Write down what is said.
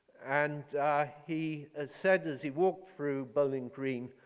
and he ah said as he walked through bowling green,